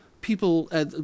people